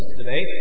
today